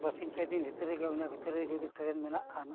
ᱵᱟᱨᱥᱤᱧ ᱯᱮ ᱫᱤᱱ ᱵᱷᱤᱛᱤᱨ ᱨᱮᱜᱮ ᱚᱱᱟ ᱵᱷᱤᱛᱨᱤᱨᱮ ᱡᱩᱫᱤ ᱢᱮᱱᱟᱜ ᱠᱷᱟᱱ